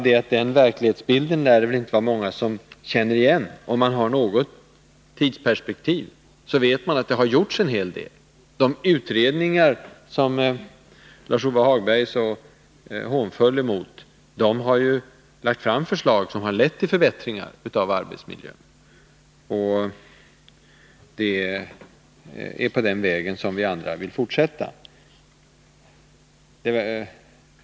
Den verklighetsbilden lär det emellertid inte vara många som känner igen. Om man har något tidsperspektiv vet man att en hel del har gjorts. De utredningar som Lars-Ove Hagberg är så hånfull mot har lagt fram förslag som har lett till förbättringar av arbetsmiljön. Och det är på den vägen som vi andra vill fortsätta.